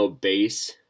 base